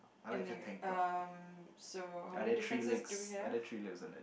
anyway um so how many differences do we have